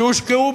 שהושקעו,